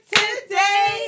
today